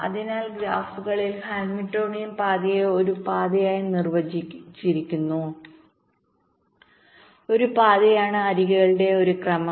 അതിനാൽ ഗ്രാഫുകളിൽ ഹാമിൽട്ടോണിയൻ പാതയെ ഒരു പാതയായി നിർവചിച്ചിരിക്കുന്നു ഒരു പാതയാണ് അരികുകളുടെ ഒരു ക്രമം